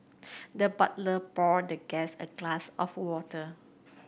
the butler poured the guest a glass of water